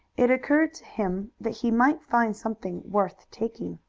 it occurred to him that he might find something worth taking.